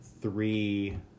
three